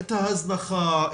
את ההזנחה,